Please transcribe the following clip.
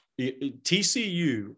TCU